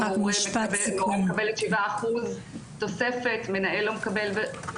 מורה מקבלת 7% תוספת ואילו מנהל לא מקבל.